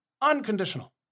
unconditional